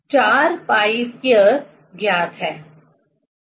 4π2 ज्ञात है